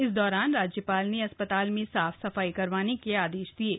इस दौरान राज्यपाल ने अस्पताल में साफ सफाई करवाने का आदेश दिया है